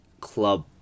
club